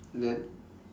then